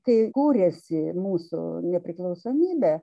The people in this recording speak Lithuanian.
kai kūrėsi mūsų nepriklausomybė